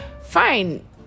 fine